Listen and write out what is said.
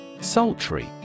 Sultry